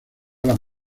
las